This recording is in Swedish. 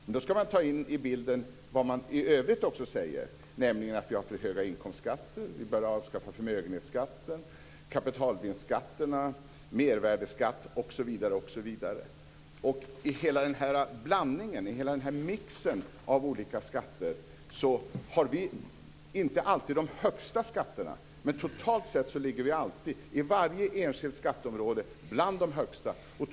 Men då ska man ta in i bilden vad man också säger i övrigt, nämligen att vi har för höga inkomstskatter, att vi bör avskaffa förmögenhetsskatten, kapitalvinstskatterna, mervärdesskatten osv. I hela denna blandning och mix av olika skatter har Sverige inte alltid de högsta skatterna, men totalt sett ligger Sverige alltid - på varje enskilt skatteområde - bland länderna med de högsta skatterna.